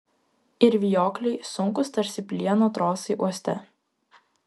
ir vijokliai sunkūs tarsi plieno trosai uoste